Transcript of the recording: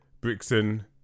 Brixton